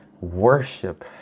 worship